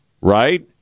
right